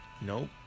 Nope